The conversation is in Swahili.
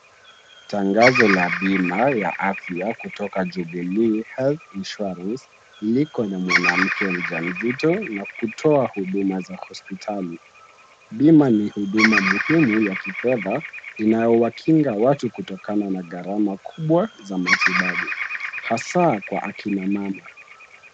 Tangazo la bima ya afya kutoka Jubilee health insurance, liko na mwanamke mja mzito na kutoa huduma za hospitali. Bima ni huduma muhimu ya kifedha, inayowakinga watu kutokana na gharama kubwa za matibabu hasaa kwa akina mama.